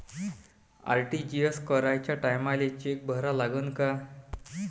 RTGS कराच्या टायमाले cheque भरा लागन का?